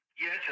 Yes